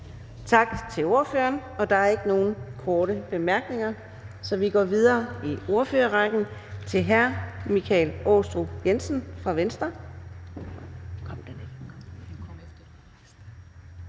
Tak til ordføreren. Der er ikke nogen korte bemærkninger, så vi går videre i ordførerrækken til fru Karin Liltorp fra Moderaterne.